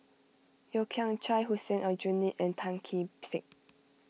Yeo Kian Chai Hussein Aljunied and Tan Kee Sek